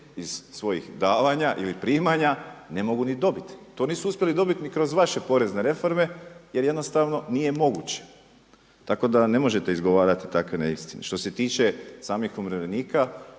iz svojih davanja ili primanja ne mogu ni dobiti. To nisu uspjeli dobiti ni kroz vaše porezne reforme jer jednostavno nije moguće. Tako da ne možete izgovarati takve neistine. Što se tiče samih umirovljenika